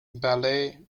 ballets